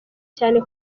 cyane